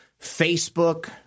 Facebook